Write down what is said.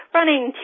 Running